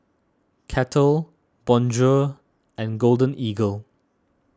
Kettle Bonjour and Golden Eagle